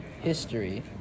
History